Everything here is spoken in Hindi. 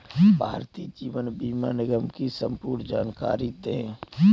भारतीय जीवन बीमा निगम की संपूर्ण जानकारी दें?